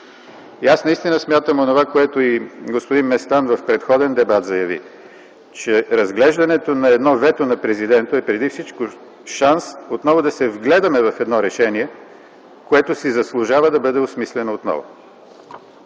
Аз наистина смятам, че онова, което и господин Местан в предходен дебат заяви, че разглеждането на едно вето на Президента е преди всичко шанс отново да се вгледаме в едно решение, си заслужава да бъде осмислено.